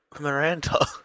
Miranda